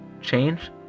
change